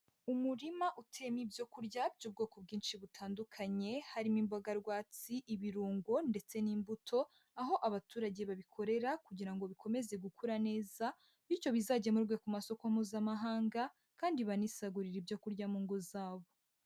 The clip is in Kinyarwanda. Umurima uteyemo ibyo kurya by'ubwoko bwinshi butandukanye, harimo imboga rwatsi, ibirungo ndetse n'imbuto, aho abaturage babikorera kugira ngo bikomeze gukura neza, bityo bizagemurwe ku masoko Mpuzamahanga kandi banisagurire ibyo kurya mu ngo zabo.